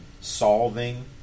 solving